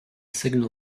signal